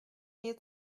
mir